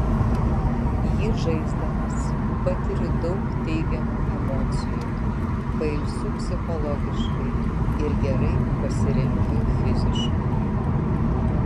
jį žaisdamas patiriu daug teigiamų emocijų pailsiu psichologiškai ir gerai pasirengiu fiziškai